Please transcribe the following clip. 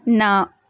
ਨਾ